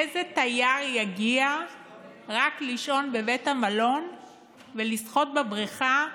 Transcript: איזה תייר יגיע רק לישון בבית המלון ולשחות בבריכה,